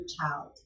child